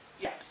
Yes